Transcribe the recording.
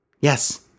Yes